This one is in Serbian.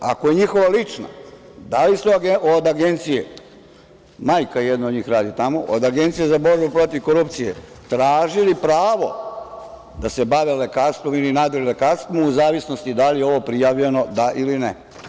Ako je njihova lična, da li su od Agencije, majka jedne od njih radi tamo, od Agencije za borbu protiv korupcije tražile pravo da se bave lekarstvom ili nadrilekarstvom u zavisnosti da li je ovo prijavljeno, da ili ne?